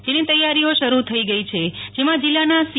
જેની તૈયારીઓ શરૂ થઈ ગઈ છે જેમાં જિલ્લાના સી